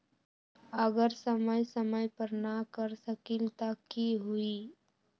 अगर समय समय पर न कर सकील त कि हुई?